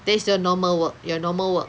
that is your normal work your normal work